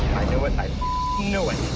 knew it. i knew it!